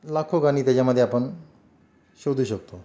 लाखो गाणी त्याच्यामध्ये आपण शोधू शकतो